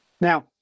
Now